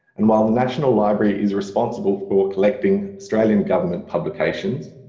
and while the national library is responsible for collecting australian government publications,